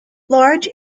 large